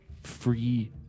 free